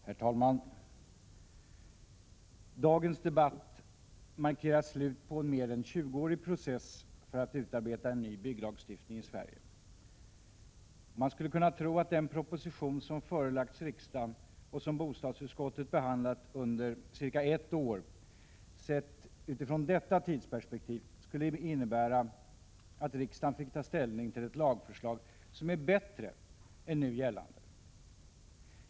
Herr talman! Dagens debatt markerar slutet på en mer än tjugoårig process för att utarbeta en ny bygglagstiftning i Sverige. Man skulle kunna tro att den proposition som förelagts riksdagen och som bostadsutskottet behandlat under cirka ett år — sett utifrån detta tidsperspektiv — skulle innebära att riksdagen fick ta ställning till ett lagförslag som är bättre än nu gällande.